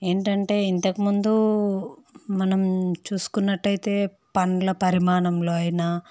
ఏంటంటే ఇంతకు ముందు మనం చూసుకున్నట్టయితే పండ్ల పరిమాణంలో అయినా